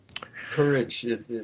Courage